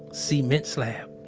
cement slab.